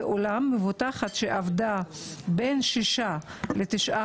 ואולם מבוטחת שעבדה בין שישה לתשעה